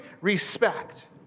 respect